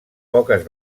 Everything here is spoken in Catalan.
poques